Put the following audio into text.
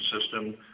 system